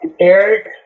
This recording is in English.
Eric